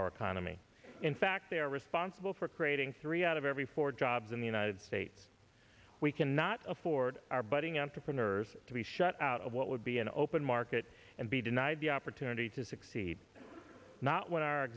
our economy in fact they are responsible for creating three out of every four jobs in the united states we cannot afford our budding entrepreneurs to be shut out of what would be an open market and be denied the opportunity to succeed not wh